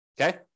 Okay